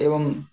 एवं